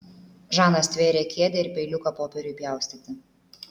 žana stvėrė kėdę ir peiliuką popieriui pjaustyti